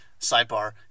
Sidebar